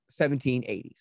1780s